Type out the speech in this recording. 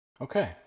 Okay